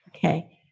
Okay